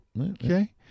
Okay